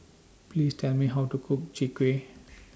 Please Tell Me How to Cook Chwee Kueh